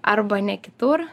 arba ne kitur